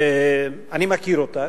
אני מכיר אותה,